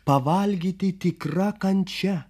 pavalgyti tikra kančia